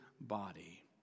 body